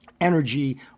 energy